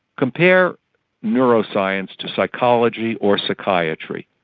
compare neuroscience to psychology or psychiatry.